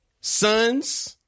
sons